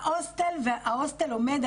ההוסטל עומד,